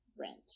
rent